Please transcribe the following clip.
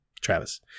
Travis